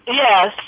yes